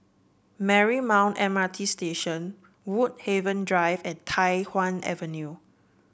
Marymount M R T Station Woodhaven Drive and Tai Hwan Avenue